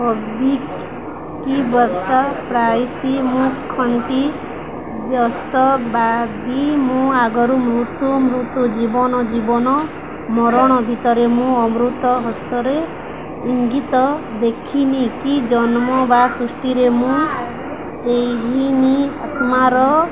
କବିକି ବାର୍ତ୍ତା ପ୍ରାଇସ୍ ମୁଁ ଖଣ୍ଟି ବ୍ୟସ୍ତବାଦୀ ମୁଁ ଆଗରୁ ମୃତ୍ୟୁ ମୃତ୍ୟୁ ଜୀବନ ଜୀବନ ମରଣ ଭିତରେ ମୁଁ ଅମୃତ ହସ୍ତରେ ଇଙ୍ଗିତ ଦେଖିନି କି ଜନ୍ମ ବା ସୃଷ୍ଟିରେ ମୁଁ ଏହିନି ଆତ୍ମାର